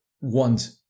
want